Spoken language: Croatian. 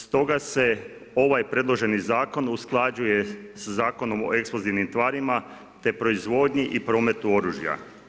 Stoga se ovaj predloženi Zakon usklađuje sa Zakonom o eksplozivnim tvarima, te proizvodnji i prometu oružja.